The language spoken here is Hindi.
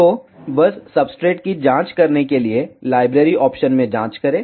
तो बस सब्सट्रेट की जांच करने के लिए लाइब्रेरी ऑप्शन में जांच करें